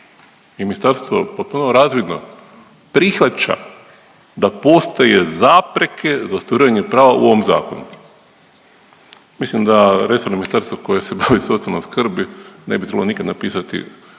i ministarstvo potpuno razvidno prihvaća za postoje zapreke za ostvarivanje prava u ovom zakonu. Mislim da resorno ministarstvo koje se bavi socijalnom skrbi ne bi trebalo nikad napisati